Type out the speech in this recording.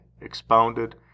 expounded